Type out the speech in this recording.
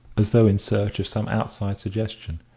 as though in search of some outside suggestion.